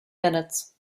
minutes